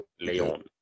Leon